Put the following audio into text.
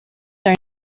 are